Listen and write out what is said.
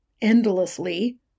endlessly